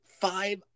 five